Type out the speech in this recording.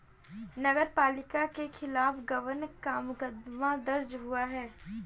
नगर पालिका के खिलाफ गबन का मुकदमा दर्ज हुआ है